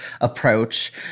approach